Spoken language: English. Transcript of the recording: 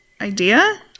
idea